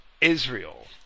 Israel